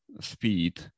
speed